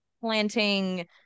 planting